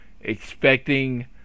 expecting